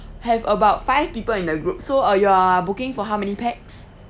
have about five people in the group so uh you are booking for how many pax